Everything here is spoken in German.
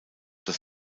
das